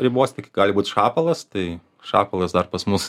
ribose tik gali būti šapalas tai šapalas dar pas mus